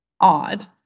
odd